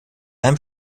einem